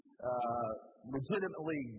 Legitimately